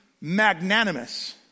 magnanimous